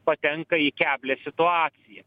patenka į keblią situaciją